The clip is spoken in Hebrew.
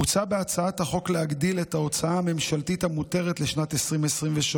מוצע בהצעת החוק להגדיל את ההוצאה הממשלתית המותרת לשנת 2023